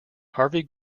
harvey